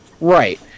Right